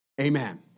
Amen